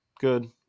good